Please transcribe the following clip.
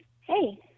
Hey